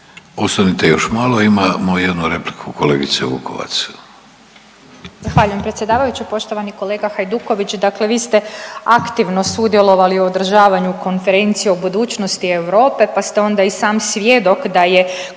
Ostanite još malo. Imamo jednu repliku kolegice Vukovac.